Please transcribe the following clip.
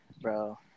Bro